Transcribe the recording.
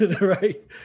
Right